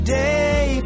day